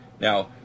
Now